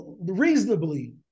reasonably